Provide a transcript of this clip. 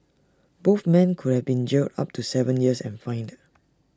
both men could have been jailed up to Seven years and fined